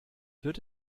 wird